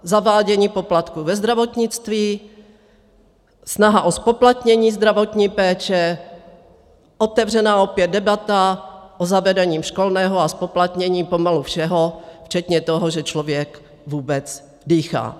Zavádění poplatků ve zdravotnictví, snaha o zpoplatnění zdravotní péče, opět otevřena debata o zavedení školného a zpoplatnění pomalu všeho včetně toho, že člověk vůbec dýchá.